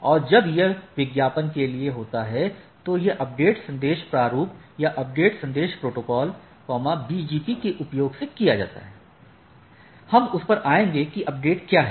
और जब यह विज्ञापन के लिए होता है तो यह अपडेट संदेश प्रारूप या अपडेट संदेश प्रोटोकॉल BGP में उपयोग किया जाता है हम उस पर आएँगे कि अपडेट क्या है